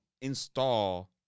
install